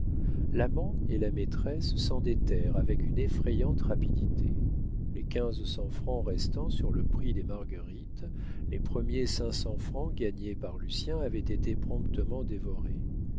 l'amant et la maîtresse s'endettèrent avec une effrayante rapidité les quinze cents francs restant sur le prix des marguerites les premiers cinq cents francs gagnés par lucien avaient été promptement dévorés